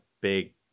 big